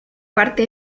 parte